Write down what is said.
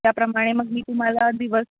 त्याप्रमाणे मग मी तुम्हाला दिवस